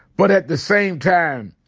but at the same time,